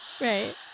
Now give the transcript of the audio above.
right